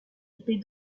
épée